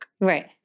Right